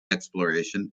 exploration